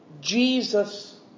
Jesus